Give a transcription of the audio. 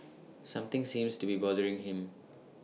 something seems to be bothering him